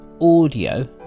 audio